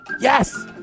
Yes